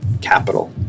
capital